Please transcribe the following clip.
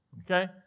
Okay